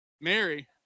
Mary